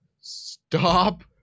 Stop